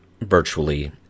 virtually